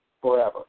forever